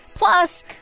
Plus